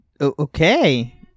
Okay